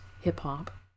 Hip-Hop